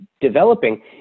developing